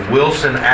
Wilson